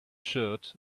shirt